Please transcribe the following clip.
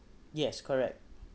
yes correct